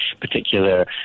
particular